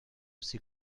ses